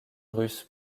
russes